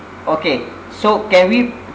okay so can we